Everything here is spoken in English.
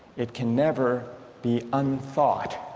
it can never be unthought